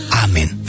Amen